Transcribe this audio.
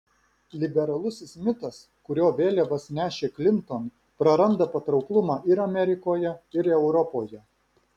liberalusis mitas kurio vėliavas nešė klinton praranda patrauklumą ir amerikoje ir europoje